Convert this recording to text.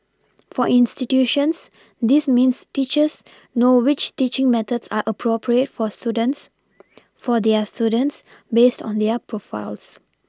for institutions this means teachers know which teaching methods are appropriate for students for their students based on their profiles